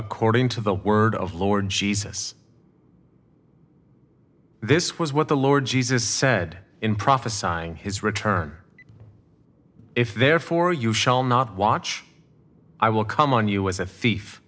according to the word of lord jesus this was what the lord jesus said in prophesied in his return if therefore you shall not watch i will come on you as a thief